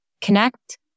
connect